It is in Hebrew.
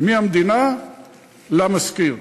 מהמדינה למשכיר.